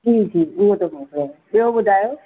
जी जी ॿियो ॿुधायो